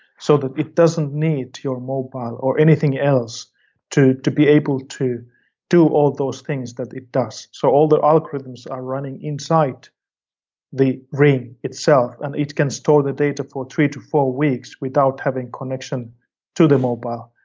so that it doesn't need to your mobile or anything else to to be able to do all those things that it does. so all the algorithms are running inside the ring itself, and it can store the data for three to four weeks without having connection to the mobile.